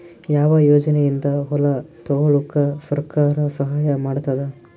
ಯಾವ ಯೋಜನೆಯಿಂದ ಹೊಲ ತೊಗೊಲುಕ ಸರ್ಕಾರ ಸಹಾಯ ಮಾಡತಾದ?